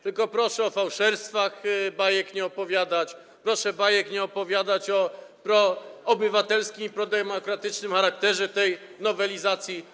Tylko proszę o fałszerstwach bajek nie opowiadać, proszę bajek nie opowiadać o proobywatelskim i prodemokratycznym charakterze tej nowelizacji.